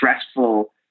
stressful